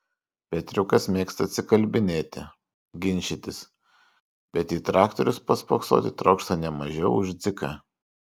petriukas mėgsta atsikalbinėti ginčytis bet į traktorius paspoksoti trokšta ne mažiau už dziką